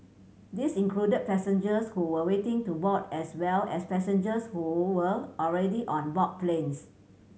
these included passengers who were waiting to board as well as passengers who were already on board planes